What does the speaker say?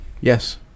Yes